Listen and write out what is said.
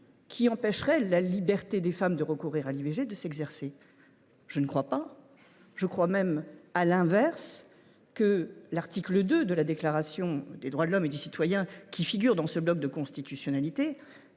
qui empêcherait la liberté des femmes de recourir à l’IVG de s’exercer ? Je ne crois pas. Je crois même à l’inverse que l’article 2 de la Déclaration des droits de l’homme et du citoyen qui figure dans le bloc de constitutionnalité